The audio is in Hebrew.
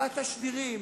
התשדירים,